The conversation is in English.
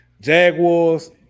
jaguars